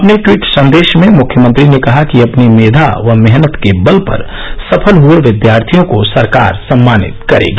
अपने टवीट संदेश में मुख्यमंत्री ने कहा कि अपनी मेघा व मेहनत के बल पर सफल हए विद्यार्थियों को सरकार सम्मानित करेगी